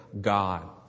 God